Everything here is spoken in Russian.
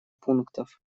пунктов